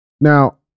Now